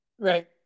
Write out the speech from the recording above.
right